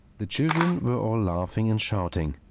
the children were all laughing and shouting.